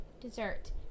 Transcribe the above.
Dessert